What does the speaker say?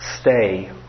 stay